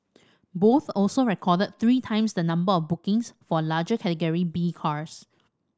both also recorded three times the number of bookings for larger Category B cars